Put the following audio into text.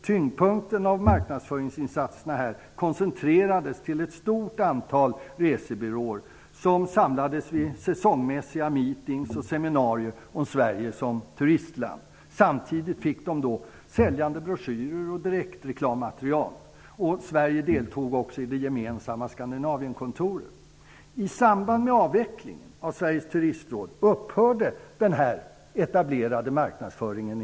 Tyngdpunkten av marknadsföringsinsatserna koncentrerades till ett stort antal resebyråer som samlades vid säsongsmässiga meetings och seminarier om Sverige som turistland. Samtidigt fick de säljande broschyrer och direktreklammaterial. Sverige deltog också i det gemensamma USA.